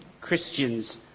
Christians